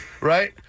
right